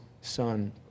son